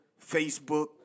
Facebook